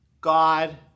God